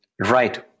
Right